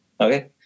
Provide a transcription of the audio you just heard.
Okay